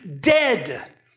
dead